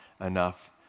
enough